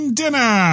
dinner